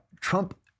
Trump